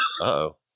Uh-oh